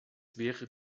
wäre